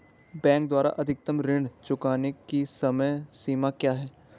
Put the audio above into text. Bank द्वारा अधिकतम ऋण चुकाने की समय सीमा क्या है?